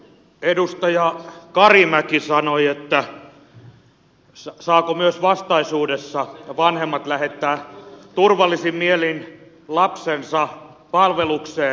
edustaja karimäki kysyi saavatko myös vastaisuudessa vanhemmat lähettää turvallisin mielin lapsensa palvelukseen